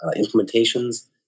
implementations